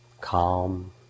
calm